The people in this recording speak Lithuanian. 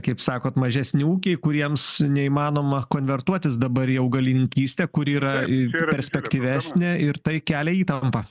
kaip sakot mažesni ūkiai kuriems neįmanoma konvertuotis dabar į augalininkystę kur yra ir perspektyvesnė ir tai kelia įtampą